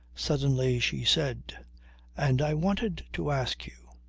suddenly she said and i wanted to ask you.